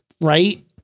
right